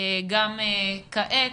גם כעת.